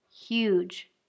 huge